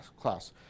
class